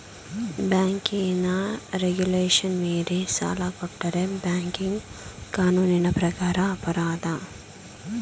ಬ್ಯಾಂಕಿನ ರೆಗುಲೇಶನ್ ಮೀರಿ ಸಾಲ ಕೊಟ್ಟರೆ ಬ್ಯಾಂಕಿಂಗ್ ಕಾನೂನಿನ ಪ್ರಕಾರ ಅಪರಾಧ